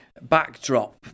backdrop